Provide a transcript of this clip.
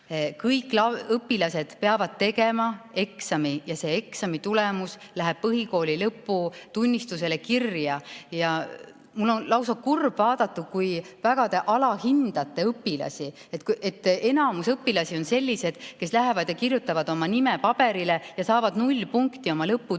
Kõik õpilased peavad tegema eksami ja see eksamitulemus läheb põhikooli lõputunnistusele kirja. Mul on lausa kurb vaadata, kui väga te alahindate õpilasi, nagu enamik õpilasi oleks sellised, kes lähevad, kirjutavad oma nime paberile ja saavad null punkti oma lõputunnistusele.